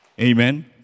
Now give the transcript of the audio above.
Amen